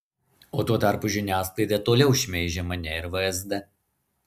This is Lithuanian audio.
o tuo tarpu žiniasklaida toliau šmeižia mane ir vsd